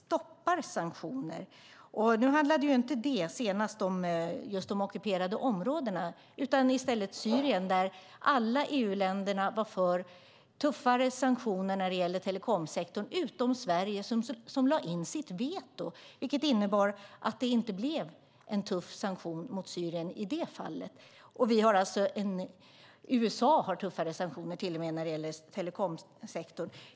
Senast handlade det inte om ockuperade områden utan om Syrien, där alla EU-länder var för tuffare sanktioner för telekomsektorn, utom Sverige som lade in sitt veto, vilket innebar att det inte blev en tuff sanktion mot Syrien i det fallet. Till och med USA har tuffare sanktioner när det gäller telekomsektorn.